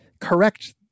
correct